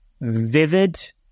vivid